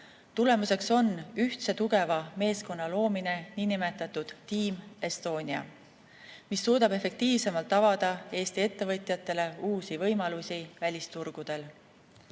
Tulemuseks on ühtse tugeva meeskonna loomine, niinimetatud Team Estonia, mis suudab efektiivsemalt avada Eesti ettevõtjatele uusi võimalusi välisturgudel.